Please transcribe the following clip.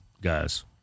guys